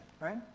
Right